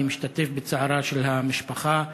אני משתתף בצערה של המשפחה.